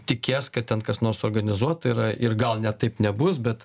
tikies kad ten kas nors suorganizuota yra ir gal ne taip nebus bet